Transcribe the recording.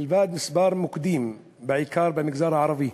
מלבד כמה מוקדים, בעיקר במגזר הערבי,